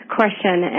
question